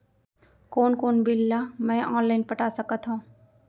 कोन कोन बिल ला मैं ऑनलाइन पटा सकत हव?